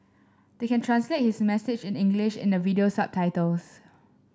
they can translate his message in English in the video subtitles